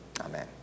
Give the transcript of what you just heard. Amen